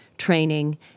Training